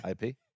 IP